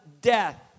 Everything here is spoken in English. death